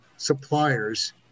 suppliers